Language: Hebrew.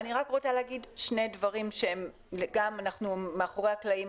אני רוצה להגיד שני דברים שהם גם מאחורי הקלעים.